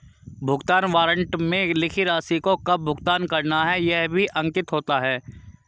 भुगतान वारन्ट में लिखी राशि को कब भुगतान करना है यह भी अंकित होता है